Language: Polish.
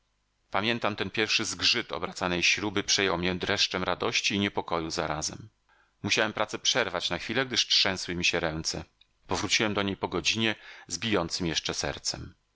pamiętam ten pierwszy zgrzyt obracanej śruby przejął mię dreszczem radości i niepokoju zarazem musiałem pracę przerwać na chwilę gdyż trzęsły mi się ręce powróciłem do niej po godzinie z bijącem jeszcze sercem